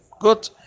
Good